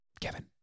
Kevin